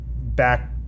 back